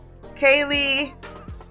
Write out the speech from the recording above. kaylee